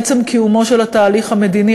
עצם קיומו של תהליך מדיני,